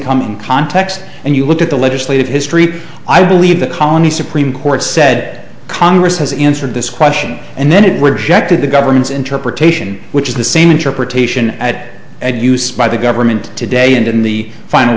come in context and you look at the legislative history i believe the colony supreme court said congress has answered this question and then it would reject it the government's interpretation which is the same interpretation at and use by the government today and in the final